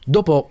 Dopo